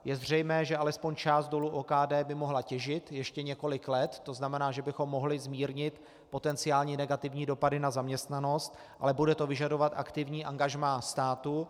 Je zřejmé, že alespoň část dolů OKD by mohla těžit ještě několik let, tzn. že bychom mohli zmírnit potenciální negativní dopady na zaměstnanost, ale bude to vyžadovat aktivní angažmá státu.